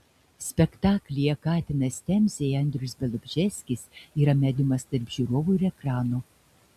spektaklyje katinas temzėje andrius bialobžeskis yra mediumas tarp žiūrovų ir ekrano